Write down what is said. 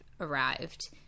arrived